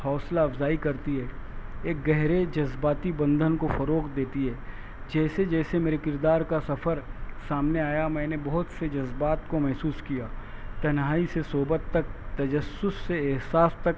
حوصلہ افزائی کرتی ہے ایک گہرے جذباتی بندھن کو فروغ دیتی ہے جیسے جیسے میرے کردارکا سفر سامنے آیا میں نے بہت سے جذبات کو محسوس کیا تنہائی سے صحبت تک تجسس سے احساس تک